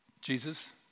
Jesus